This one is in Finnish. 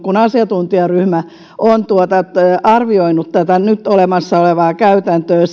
kun asiantuntijaryhmä on arvioinut tätä nyt olemassa olevaa käytäntöä